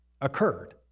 occurred